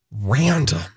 random